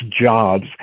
jobs